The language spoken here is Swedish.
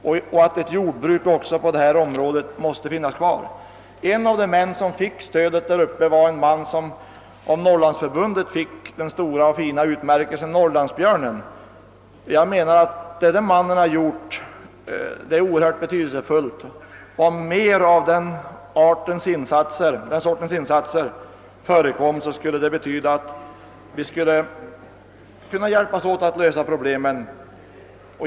Jag anser att också jordbruket inom detta område måste finns kvar. «En av de män som erhöll stödet där uppe var en man som av Norrlandsförbundet fick den stora och fina utmärkelsen »Norrlandsbjörnen». Jag anser att vad den mannen har gjort är oerhört betydelsefullt. Om mera av den sortens insatser förekom, så skulle det betyda att vi hade större utsikter att gemensamt lösa problemen.